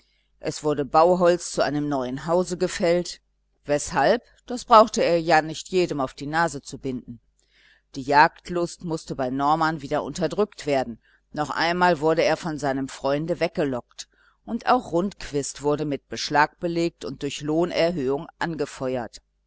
es wurde bauholz zu einem neuen hause gefällt weshalb das brauchte er ja nicht jedem auf die nase zu binden die jagdlust mußte bei norman wieder unterdrückt werden noch einmal wurde er von seinem freunde weggelockt und auch rundquist wurde mit beschlag belegt und durch lohnerhöhung angefeuert